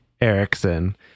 Erickson